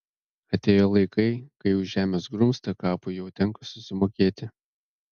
atėjo laikai kai už žemės grumstą kapui jau tenka susimokėti